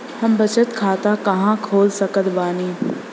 हम बचत खाता कहां खोल सकत बानी?